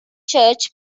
church